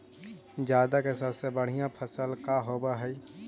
जादा के सबसे बढ़िया फसल का होवे हई?